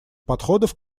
подходов